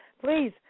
Please